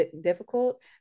difficult